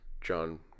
John